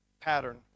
pattern